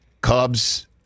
Cubs